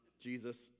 Jesus